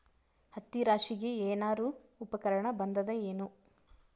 ಹತ್ತಿ ರಾಶಿಗಿ ಏನಾರು ಉಪಕರಣ ಬಂದದ ಏನು?